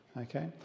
Okay